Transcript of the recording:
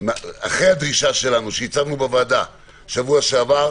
אחרי הדרישה שהצבנו בוועדה שבוע שעבר,